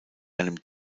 einem